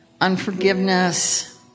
unforgiveness